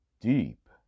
deep